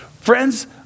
Friends